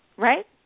Right